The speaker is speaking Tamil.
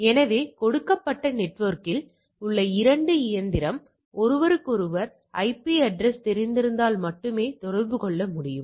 எனவே நாம் ஒரு கருத்துரு பரவலுடன் பொருந்த முயற்சிக்கிறோம் பின்னர் பொருத்துதலின் செம்மைத்தன்மையை சரிபார்க்கிறோம்